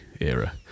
era